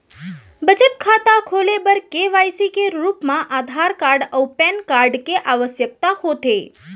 बचत खाता खोले बर के.वाइ.सी के रूप मा आधार कार्ड अऊ पैन कार्ड के आवसकता होथे